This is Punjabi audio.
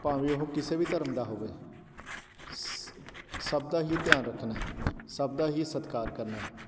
ਭਾਵੇਂ ਉਹ ਕਿਸੇ ਵੀ ਧਰਮ ਦਾ ਹੋਵੇ ਸ ਸਭ ਦਾ ਹੀ ਧਿਆਨ ਰੱਖਣਾ ਸਭ ਦਾ ਹੀ ਸਤਿਕਾਰ ਕਰਨਾ ਹੈ